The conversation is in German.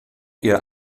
ihr